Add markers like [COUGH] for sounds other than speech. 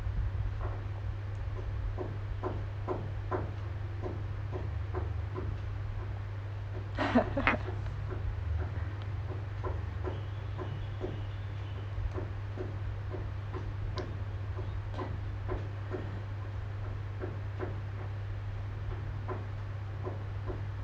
[LAUGHS]